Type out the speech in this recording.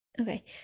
okay